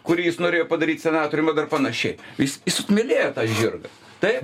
kurį jis norėjo padaryt senatorium ar dar panašiai jis jis juk mylėjo tą žirgą taip